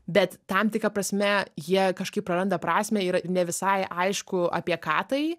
bet tam tikra prasme jie kažkaip praranda prasmę yra ne visai aišku apie ką tai